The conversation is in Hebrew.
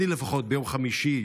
אני לפחות ביום חמישי,